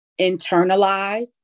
internalize